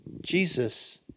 Jesus